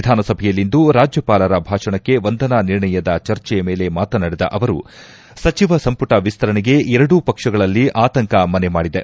ವಿಧಾನಸಭೆಯಲ್ಲಿಂದು ರಾಜ್ಯಪಾಲರ ಭಾಷಣಕ್ಕೆ ವಂದನಾ ನಿರ್ಣಯದ ಚರ್ಚೆಯ ಮೇಲೆ ಮಾತನಾಡಿದ ಅವರು ಸಚಿವ ಸಂಪುಟ ವಿಸ್ತರಣೆಗೆ ಎರಡೂ ಪಕ್ಷಗಳಲ್ಲಿ ಆತಂಕ ಮನೆ ಮಾಡಿದೆ